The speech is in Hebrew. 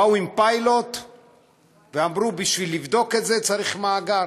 באו עם פיילוט ואמרו: בשביל לבדוק את זה צריך מאגר.